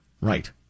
Right